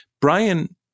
Brian